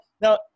now